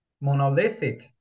monolithic